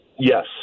Yes